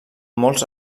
molts